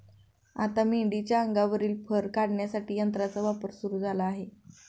आता मेंढीच्या अंगावरील फर काढण्यासाठी यंत्राचा वापर सुरू झाला आहे